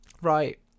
Right